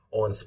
on